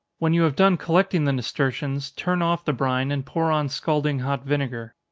when you have done collecting the nasturtions, turn off the brine, and pour on scalding hot vinegar.